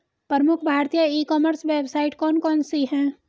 प्रमुख भारतीय e commerce website कौन कौन सी हैं?